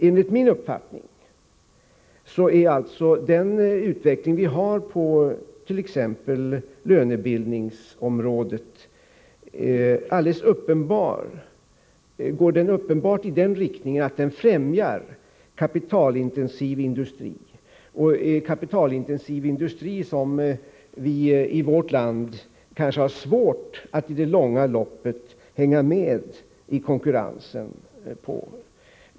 Enligt min uppfattning går den utveckling vi har på t.ex. lönebildningsområdet alldeles uppenbart i den riktningen att den främjar kapitalintensiv industri. Det är ett industriellt område där vi i vårt land har svårt att i det långa loppet hänga med i konkurrensen.